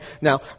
Now